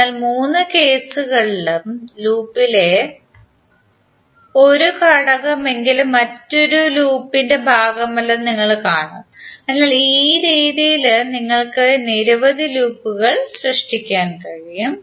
അതിനാൽ മൂന്ന് കേസുകളിലും ലൂപ്പിലെ ഒരു ഘടകമെങ്കിലും മറ്റ് ലൂപ്പിന്റെ ഭാഗമല്ലെന്ന് നിങ്ങൾ കാണും അതിനാൽ ആ രീതിയിൽ നിങ്ങൾക്ക് നിരവധി ലൂപ്പുകൾ സൃഷ്ടിക്കാൻ കഴിയും